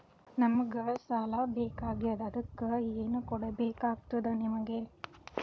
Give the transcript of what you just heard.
ನಮಗ ಸಾಲ ಬೇಕಾಗ್ಯದ ಅದಕ್ಕ ಏನು ಕೊಡಬೇಕಾಗ್ತದ ನಿಮಗೆ?